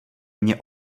mně